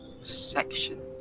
section